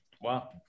Wow